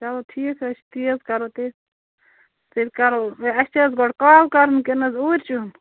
چَلو ٹھیٖک حظ چھُ تی حظ کرو تیٚلہِ تیٚلہِ کرو اَسہِ چھِ حظ گۄڈٕ کال کرٕنۍ کِنہٕ حظ اوٗرۍ چھُ یُن